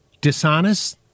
dishonest